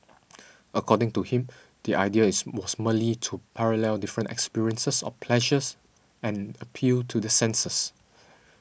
according to him the idea was merely to parallel different experiences of pleasures and appeal to the senses